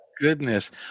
goodness